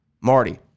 Marty